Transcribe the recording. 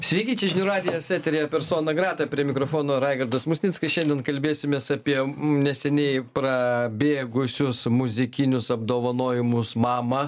sveiki čia žinių radijas eteryje persona grata prie mikrofono raigardas musnickas šiandien kalbėsimės apie neseniai prabėgusius muzikinius apdovanojimus mama